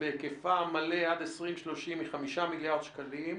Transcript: שבהיקפה המלא עד 2030 היא 5 מיליארד שקלים.